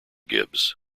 gibbs